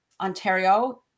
Ontario